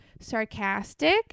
sarcastic